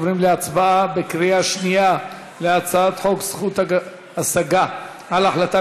עוברים להצבעה בקריאה שנייה על הצעת חוק זכות השגה על החלטה